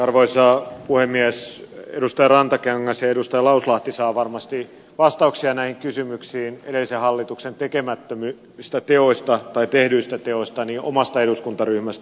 edustaja rantakangas ja edustaja lauslahti saavat varmasti vastauksia näihin kysymyksiin edellisen hallituksen tekemättömistä teoista tai tehdyistä teoista omasta eduskuntaryhmästä